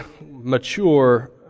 mature